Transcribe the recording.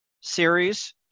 series